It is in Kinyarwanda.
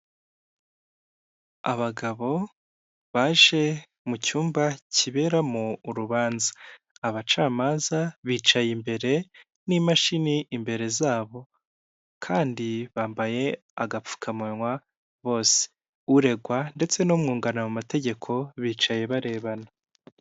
Abagabo baje mu cyumba kiberamo urubanza, abacamanza bicaye imbere n'imashini imbere zabo, kandi bambaye agapfukamunwa bose, uregwa ndetse n'umwunganira mu mategeko bicaye barebana.